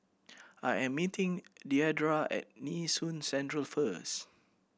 I am meeting Deidra at Nee Soon Central first